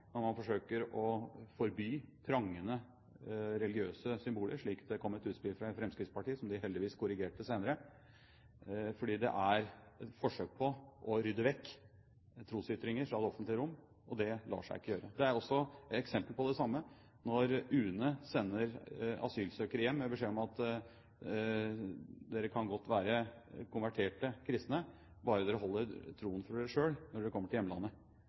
man forsøker å forby prangende religiøse symboler, slik det kom et utspill om fra Fremskrittspartiet, som de heldigvis korrigerte senere. Det er et forsøk på å rydde vekk trosytringer fra det offentlige rom, og det lar seg ikke gjøre. Det er også eksempler på det samme når UNE sender asylsøkere hjem med beskjed om at dere kan godt være konverterte kristne, bare dere holder troen for dere selv når dere kommer til hjemlandet.